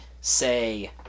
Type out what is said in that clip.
say